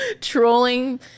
trolling